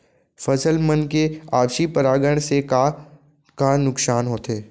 फसल मन के आपसी परागण से का का नुकसान होथे?